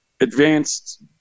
advanced